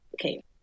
okay